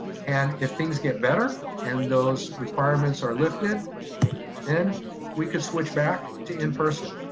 and if things get better and those requirements are lifted then we could switch back to in-person.